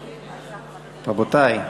רבותי,